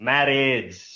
Marriage